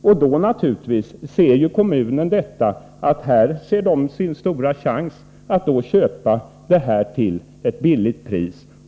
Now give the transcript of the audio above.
Då ser naturligtvis kommunen sin stora chans att gå före och köpa marken till lågt pris.